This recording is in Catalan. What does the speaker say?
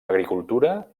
agricultura